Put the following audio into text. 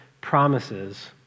promises